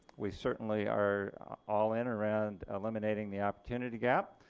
we certainly are all in around eliminating the opportunity gap